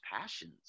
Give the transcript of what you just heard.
passions